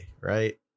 right